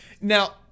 Now